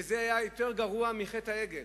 וזה היה יותר גרוע מחטא העגל.